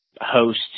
host